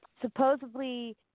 Supposedly